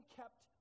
kept